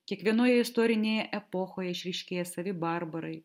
kiekvienoje istorinėje epochoje išryškėja savi barbarai